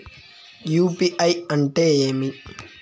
UPI అంటే ఏమి?